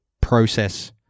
process